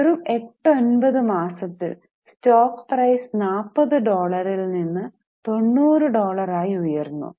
വെറും 8 9 മാസത്തിൽ stock price 40 ഡോളറിൽ നിന്ന് 90 ഡോളർ ആയി ഉയർന്നു